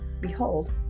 behold